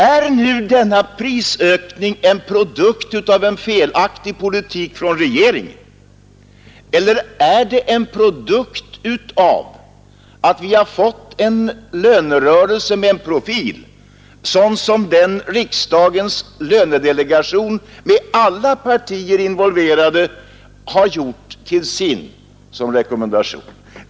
Är nu denna prisökning produkten av en felaktig politik av regeringen? Eller är den en produkt av att vi har fått en lönerörelse med en profil sådan som riksdagens lönedelegation med alla partier involverade har gjort till sin och rekommenderat?